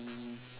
mm